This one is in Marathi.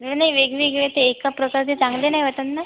हे नाही वेगवेगळे ते एका प्रकारे चांगले नाही वाटत ना